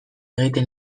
egiten